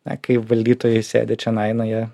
na kai valdytojai sėdi čionai na jie